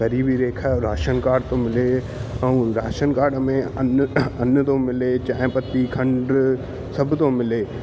गरीबी रेखा जो राशन काड थो मिले ऐं राशन काड में अन्न अन्न थो मिले चांहि पत्ती खंड सभु थो मिले